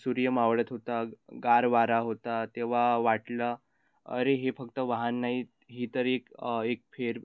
सूर्य मावळत होता गार वारा होता तेव्हा वाटलं अरे हे फक्त वाहन नाही ही त एक एक फेर